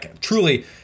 Truly